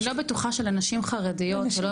אני לא בטוחה שלנשים חרדיות ולא